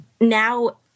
now